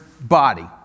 body